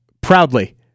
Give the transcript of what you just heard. proudly